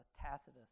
Tacitus